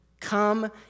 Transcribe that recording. Come